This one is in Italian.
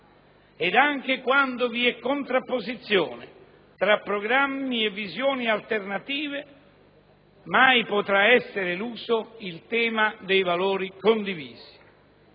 Ed anche quando vi è contrapposizione tra programmi e visioni alternative mai potrà essere eluso il tema dei valori condivisi.